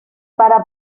para